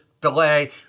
delay